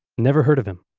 never heard of him.